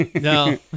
No